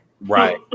Right